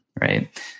right